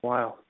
Wow